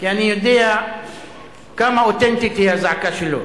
כי אני יודע כמה אותנטית היא הזעקה שלו.